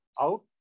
out